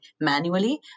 manually